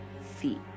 feet